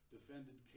Defended